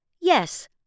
Yes